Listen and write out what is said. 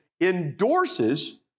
endorses